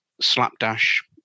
slapdash